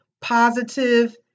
positive